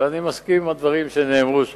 ואני מסכים לדברים שנאמרו.